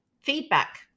feedback